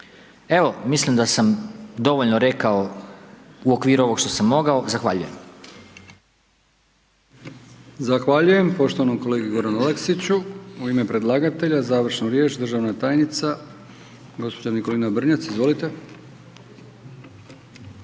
Evo mislim da sam dovoljno rekao u okviru ovog što sam mogao, zahvaljujem. **Brkić, Milijan (HDZ)** Zahvaljujem poštovanom kolegi Goranu Aleksiću. U ime predlagatelja završnu riječ državna tajnica gospođa Nikolina Brnjac, izvolite. **Brnjac,